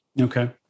Okay